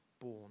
born